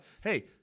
hey